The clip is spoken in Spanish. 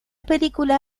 película